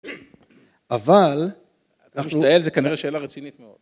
אבל, אתה משתעל, זה כנראה שאלה רצינית מאוד.